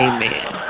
Amen